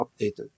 updated